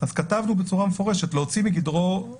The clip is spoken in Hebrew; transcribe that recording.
אז כתבנו מפורשות מה כוונתנו,